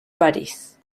parís